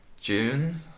June